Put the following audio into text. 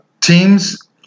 teams